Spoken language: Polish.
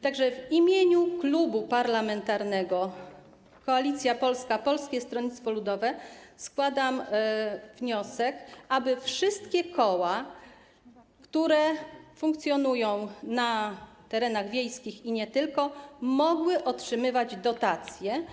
Tak że w imieniu Klubu Parlamentarnego Koalicja Polska - Polskie Stronnictwo Ludowe - Kukiz15 składam wniosek, aby wszystkie koła, które funkcjonują na terenach wiejskich i nie tylko, mogły otrzymywać dotacje.